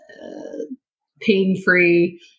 pain-free